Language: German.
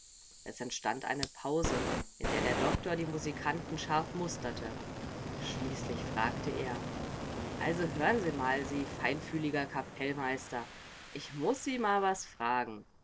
es entstand eine pause in der der doktor die musikanten scharf musterte schließlich fragte er also hör'n sie mal sie feinfühliger kapellmeister ich muß sie mal was fragen